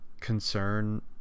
concern